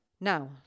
Now